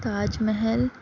Taj Mahal